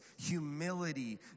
humility